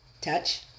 Touch